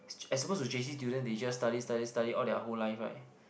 as oppose to j_c student they just study study study all their whole life [right]